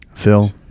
Phil